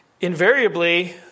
invariably